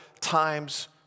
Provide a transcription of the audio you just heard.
times